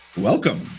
Welcome